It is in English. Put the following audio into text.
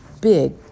big